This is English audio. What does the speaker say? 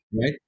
Right